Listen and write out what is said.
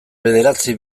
bederatzi